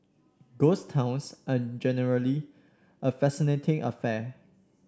ghost towns are generally a fascinating affair